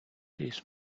this